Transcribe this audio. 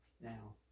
now